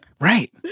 Right